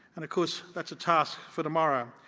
and of course that's a task for tomorrow.